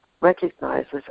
recognizes